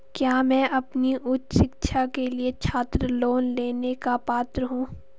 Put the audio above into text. क्या मैं अपनी उच्च शिक्षा के लिए छात्र लोन लेने का पात्र हूँ?